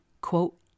quote